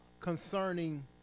concerning